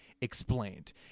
explained